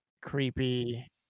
creepy